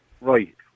right